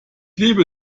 liebe